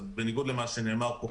אז בניגוד למה שנאמר פה,